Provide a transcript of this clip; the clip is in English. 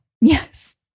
Yes